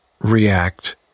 react